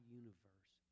universe